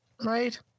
right